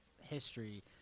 history